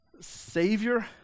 Savior